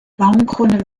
baumkrone